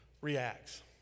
reacts